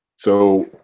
so